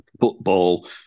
football